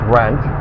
rent